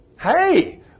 Hey